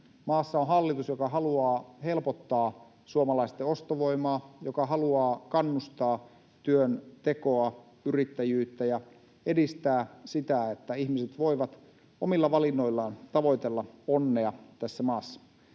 Maassa on hallitus, joka haluaa helpottaa suomalaisten ostovoimaa, joka haluaa kannustaa työntekoa, yrittäjyyttä ja edistää sitä, että ihmiset voivat omilla valinnoillaan tavoitella onnea tässä maassa.